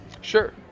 Sure